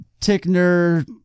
Tickner